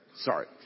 sorry